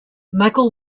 michael